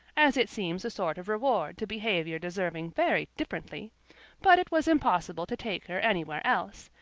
as it seems a sort of reward to behaviour deserving very differently but it was impossible to take her anywhere else,